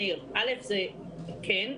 מאיר: א' כן,